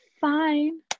fine